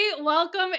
Welcome